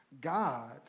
God